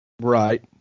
Right